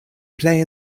play